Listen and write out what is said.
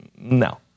No